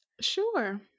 Sure